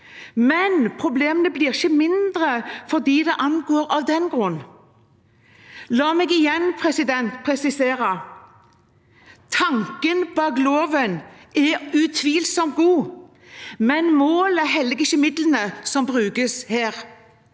men problemene blir ikke mindre for dem det angår, av den grunn. La meg igjen presisere: Tanken bak loven er utvilsomt god, men målet helliger ikke midlene som brukes her.